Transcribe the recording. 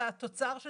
והתוצר של